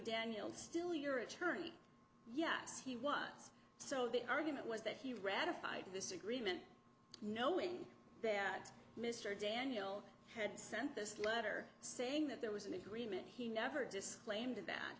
daniel still your attorney yes he was so the argument was that he ratified this agreement knowing that mr daniel had sent this letter saying that there was an agreement he never disclaimed that